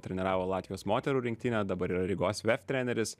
treniravo latvijos moterų rinktinę dabar yra rygos vef treneris